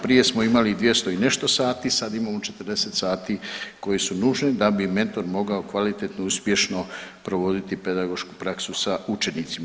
Prije smo imali 200 i nešto sati, sad imamo 40 sati koji su nužni da bi mentor mogao kvalitetno i uspješno provoditi pedagošku praksu sa učenicima.